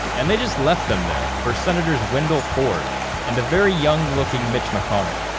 and they just left them there for senators wendell ford and a very young looking mitch mcconnell.